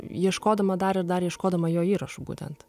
ieškodama dar ir dar ieškodama jo įrašų būtent